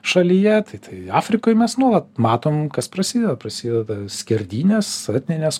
šalyje tai tai afrikoj mes nuolat matom kas prasideda prasideda skerdynės etninės